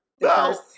No